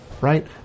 right